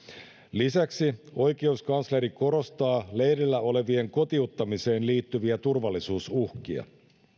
lisäksi oikeuskansleri korostaa leirillä olevien kotiuttamiseen liittyviä turvallisuusuhkia